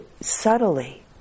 subtly